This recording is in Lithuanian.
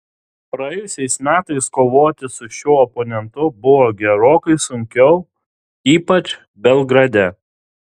praėjusiais metais kovoti su šiuo oponentu buvo gerokai sunkiau ypač belgrade